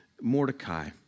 Mordecai